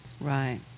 Right